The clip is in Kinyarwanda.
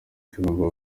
tugomba